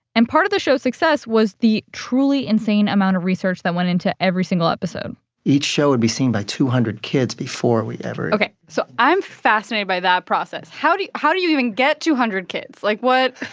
and part of the show's success was the truly insane amount of research that went into every single episode each show would be seen by two hundred kids before we ever. ok, so i'm fascinated by that process. how do how do you even get two hundred kids? like, what.